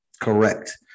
Correct